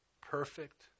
perfect